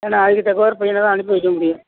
ஏன்னா அதுக்கு தக்கவாறு பையனை தான் அனுப்பி வைக்கமுடியும்